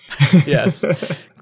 Yes